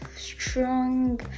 strong